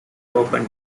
open